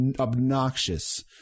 obnoxious